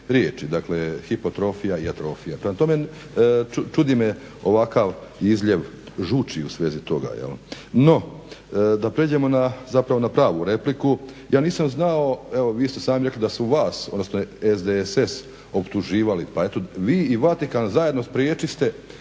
riječi hipotrofija i atrofija. Prema tome čudi me ovakav izljev žuči u svezi toga. No da pređemo zapravo na pravu repliku. Ja nisam znao evo vi ste sami rekli odnosno SDSS optuživali, pa eto vi i Vatikan zajedno spriječiste